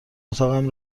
اتاقم